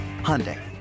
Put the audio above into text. Hyundai